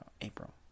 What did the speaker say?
April